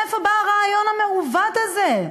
מאיפה בא הרעיון המעוות הזה?